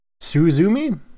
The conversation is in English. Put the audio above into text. suzumi